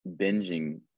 binging